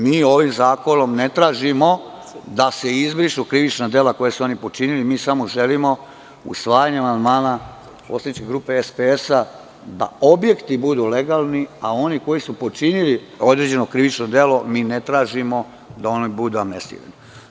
Mi ovim zakonom ne tražimo da se izbrišu krivična dela koja su oni počinili, mi samo želimo usvajanjem amandmana poslaničke grupe SPS da objekti budu legalni, a oni koji su počinili određeno krivično delo, mi ne tražimo da budu amnestirani.